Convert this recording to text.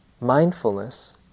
mindfulness